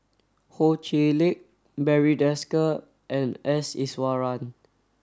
Ho Chee Lick Barry Desker and S Iswaran